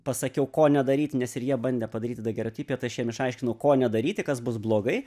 pasakiau ko nedaryt nes ir jie bandė padaryt dagerotipiją tai aš jiem išaiškinau ko nedaryti kas bus blogai